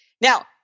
Now